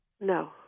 No